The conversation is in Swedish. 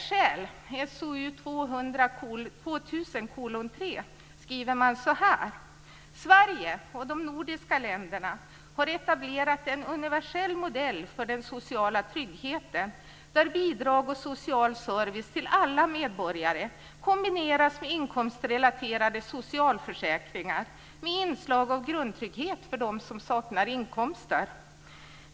"Sverige och de nordiska länderna har etablerat en universell modell för den sociala tryggheten där bidrag och social service till alla medborgare kombineras med inkomstrelaterade socialförsäkringar med inslag av grundtrygghet för dem som saknar inkomster.